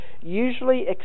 usually